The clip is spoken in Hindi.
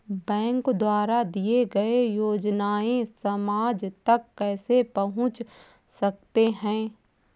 बैंक द्वारा दिए गए योजनाएँ समाज तक कैसे पहुँच सकते हैं?